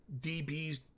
dbs